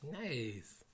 Nice